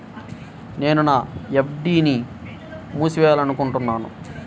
నేను నా ఎఫ్.డీ ని మూసివేయాలనుకుంటున్నాను